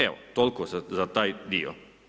Evo, tol'ko za taj dio.